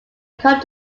come